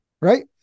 right